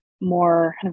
more